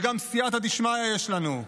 וגם סייעתא דשמיא יש לנו.